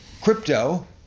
crypto